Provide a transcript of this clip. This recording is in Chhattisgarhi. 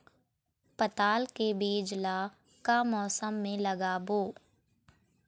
पताल के बीज ला का मौसम मे लगाबो?